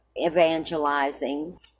evangelizing